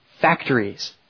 factories